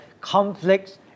conflicts